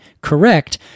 correct